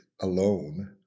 alone